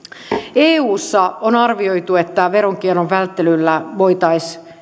eussa on arvioitu että veronkierron välttelyllä voitaisiin